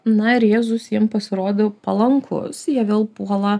na ir jėzus jiem pasirodo palankus jie vėl puola